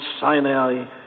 Sinai